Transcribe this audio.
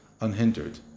unhindered